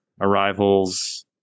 arrivals